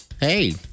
hey